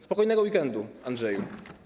Spokojnego weekendu, Andrzeju.